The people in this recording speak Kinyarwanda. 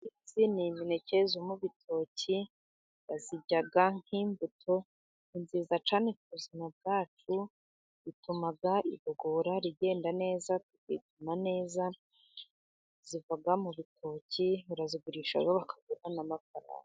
Izi ngizi ni imineke zo mu bitoki. Bazirya nk'imbuto. Ni nziza cyane ku buzima bwacu, zituma igogora rigenda neza, tukituma neza, ziva mu rutoki. Barazigurisha bakabona n'amafaranga.